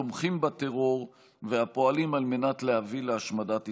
התומכים בטרור ופועלים להביא להשמדת ישראל.